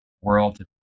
world